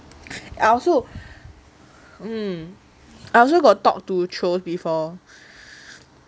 I also have I also got talk to trolls before